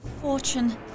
Fortune